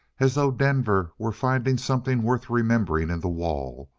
as though denver were finding something worth remembering in the wall,